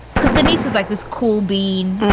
because denise is like this cool being.